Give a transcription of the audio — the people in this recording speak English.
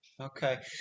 Okay